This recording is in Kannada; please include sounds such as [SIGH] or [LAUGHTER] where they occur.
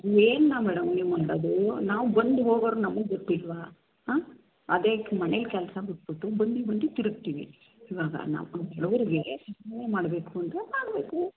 ಏನನ್ನ ಮೇಡಮ್ ನೀವು ಮಾಡೋದು ನಾವು ಬಂದು ಹೋಗೋರು ನಮಗೆ ಗೊತ್ತಿಲ್ವಾ ಹಾಂ ಅದೇ ಮನೆ ಕೆಲಸ ಬಿಟ್ಬಿಟ್ಟು ಬಂದು ಬಂದು ತಿರ್ಗ್ತೀವಿ ಇವಾಗ ನಾವು ಕೆಲವರಿಗೆ [UNINTELLIGIBLE] ಮಾಡಬೇಕು ಅಂದರೆ ಮಾಡಬೇಕು